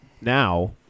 Now